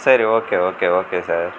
சரி okay okay okay sir